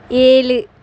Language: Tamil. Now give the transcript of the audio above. ஏழு